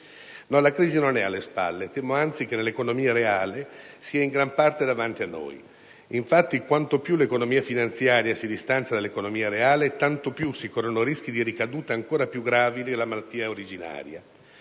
La crisi non è alle spalle: temo anzi che nell'economia reale sia in gran parte davanti a noi. Infatti, quanto più l'economia finanziaria si distanzia da quella reale, tanto più si corrono rischi di ricadute ancor più gravi della malattia originaria.